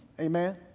Amen